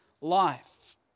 life